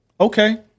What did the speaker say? Okay